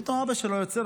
פתאום אבא שלו יוצא.